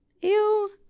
Ew